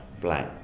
black